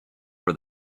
for